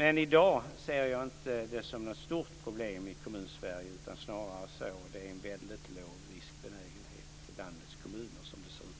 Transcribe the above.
Men i dag ser jag det inte som något stort problem i kommun-Sverige, utan snarare är det en väldigt låg riskbenägenhet i landets kommuner